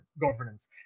governance